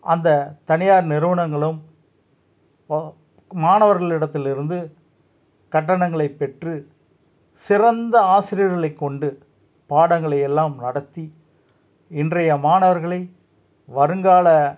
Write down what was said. அந்த தனியார் நிறுவனங்களும் பா மாணவர்களிடத்தில் இருந்து கட்டணங்களை பெற்று சிறந்த ஆசிரியர்களை கொண்டு பாடங்களை எல்லாம் நடத்தி இன்றைய மாணவர்களை வருங்கால